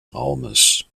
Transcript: raumes